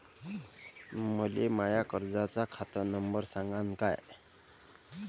मले माया कर्जाचा खात नंबर सांगान का?